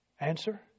Answer